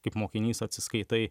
kaip mokinys atsiskaitai